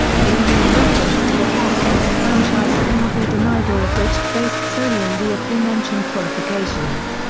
and only in reference to the fact that the franchise cannot be denied or abridged based solely on the aforementioned qualifications.